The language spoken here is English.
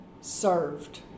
served